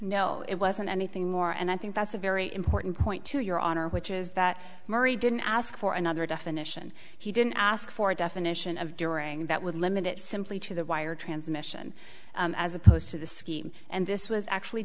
no it wasn't anything more and i think that's a very important point to your honor which is that murray didn't ask for another definition he didn't ask for a definition of during that would limit it simply to the wire transmission as opposed to the scheme and this was actually